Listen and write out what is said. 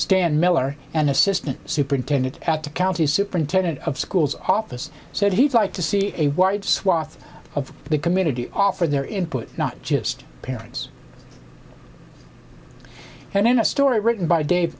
stan miller an assistant superintendent at the county superintendent of schools office said he'd like to see a wide swath of the community offered their input not just parents and in a story written by dave